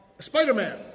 Spider-Man